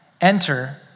enter